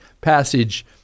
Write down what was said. passage